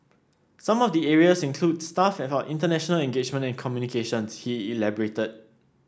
some of the areas include staff for international engagement and communications he elaborated